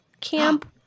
Camp